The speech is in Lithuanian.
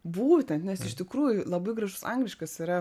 būtent nes iš tikrųjų labai gražus angliškas yra